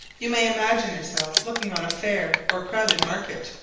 you may imagine yourself looking on a fair or crowded market,